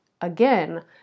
again